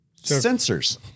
sensors